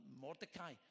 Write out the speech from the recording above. mordecai